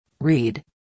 Read